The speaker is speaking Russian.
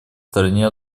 стороне